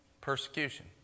Persecution